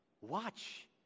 Watch